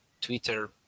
Twitter